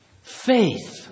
faith